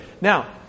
Now